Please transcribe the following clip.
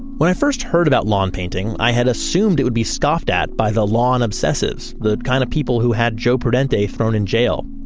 when i first heard about lawn painting, i had assumed it would be scoffed at by the lawn-obsessives, the kind of people who had joe prudente thrown in jail.